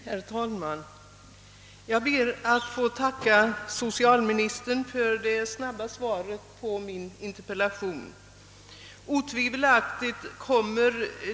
Herr talman! Jag ber att få tacka socialministern för det snabba” svaret på min interpellation.